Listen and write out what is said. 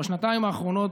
בשנתיים האחרונות,